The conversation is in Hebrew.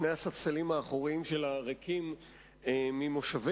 שני הספסלים האחוריים שלה ריקים ממושבים,